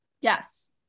yes